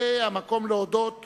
זה המקום להודות